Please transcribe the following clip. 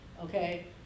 Okay